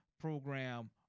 program